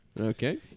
Okay